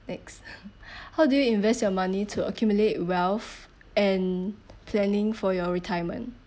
next how do you invest your money to accumulate wealth and planning for your retirement